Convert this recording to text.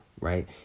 right